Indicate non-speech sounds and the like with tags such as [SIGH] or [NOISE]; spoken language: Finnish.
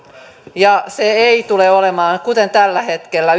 ja yksityisen valitseminen ei tule olemaan kuten tällä hetkellä [UNINTELLIGIBLE]